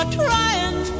trying